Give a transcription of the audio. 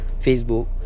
facebook